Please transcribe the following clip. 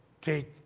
take